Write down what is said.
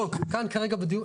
לא, כאן כרגע בדיון.